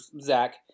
Zach